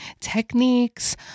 techniques